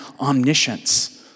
omniscience